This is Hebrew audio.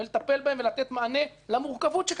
בהם ולתת מענה למורכבות שקיימת בהם.